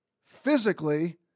physically